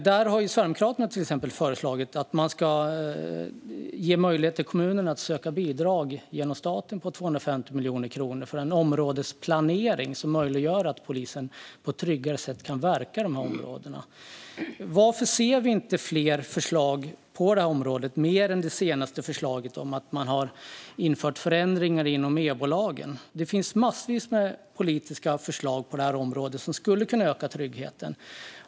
Där har Sverigedemokraterna till exempel föreslagit att man ska ge en möjlighet för kommunerna att söka bidrag från staten på 250 miljoner kronor för en områdesplanering som gör det möjligt för polisen att på ett tryggare sätt verka i dessa områden. Varför ser vi inte fler förslag på detta område, mer än det senaste förslaget om att införa förändringar i EBO-lagen? Det finns massvis av politiska förslag på detta område som skulle kunna öka tryggheten.